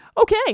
Okay